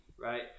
right